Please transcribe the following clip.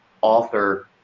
author